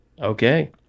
Okay